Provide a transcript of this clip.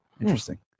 interesting